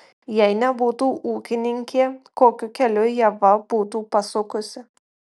jei nebūtų ūkininkė kokiu keliu ieva būtų pasukusi